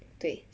对